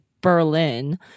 Berlin